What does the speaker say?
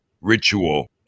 ritual